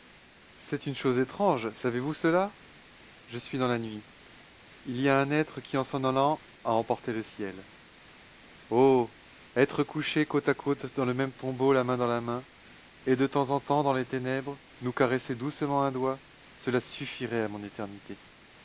c'est une chose étrange savez-vous cela je suis dans la nuit il y a un être qui en s'en allant a emporté le ciel oh être couchés côte à côte dans le même tombeau la main dans la main et de temps en temps dans les ténèbres nous caresser doucement un doigt cela suffirait à mon éternité